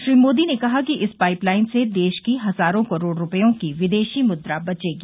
श्री मोदी ने कहा कि इस पाइपलाइन से देश की हजारों करोड़ रूपयों की विदेशी मुद्रा बचेगी